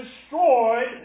destroyed